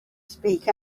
speak